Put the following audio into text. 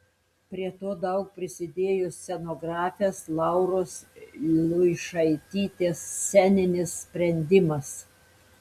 prie to daug prisidėjo scenografės lauros luišaitytės sceninis sprendimas